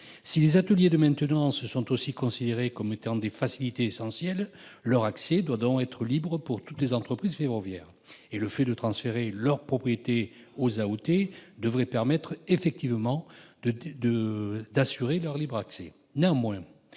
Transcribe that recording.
Si les ateliers de maintenance sont aussi considérés comme étant des facilités essentielles, leur accès doit être libre pour toutes les entreprises ferroviaires ; le transfert de leur propriété aux AOT devrait permettre d'assurer ce libre accès.